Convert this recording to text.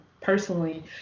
Personally